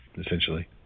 essentially